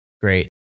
Great